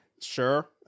sure